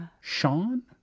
Sean